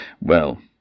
Well